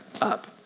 up